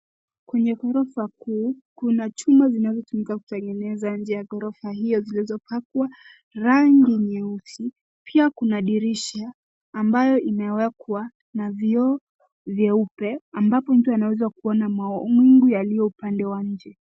Kwenye ghorofa kuu, kuna chuma zinazotumika kutengeneza nje ya ghorofa hiyo, zilizopakwa rangi nyeusi. Pia kuna dirisha ambayo inawekwa na vioo vyeupe, ambapo mtu anaweza kuona mawingu yaliyo upande wa nje.